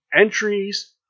entries